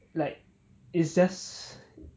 like it's just